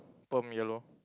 perm yellow